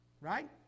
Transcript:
Right